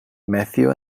matthew